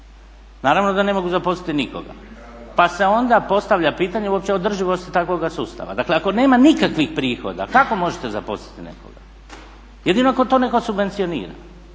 naravno da ne mogu zaposliti nikoga pa se onda postavlja pitanje uopće održivosti takvoga sustava. Dakle ako nema nikakvih prihoda kako možete zaposliti nekoga? Jedino ako netko to subvencionira.